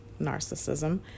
narcissism